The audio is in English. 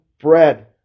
bread